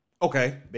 Okay